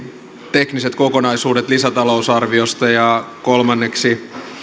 tekniset kokonaisuudet lisätalousarviosta ja kolmanneksi